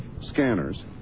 scanners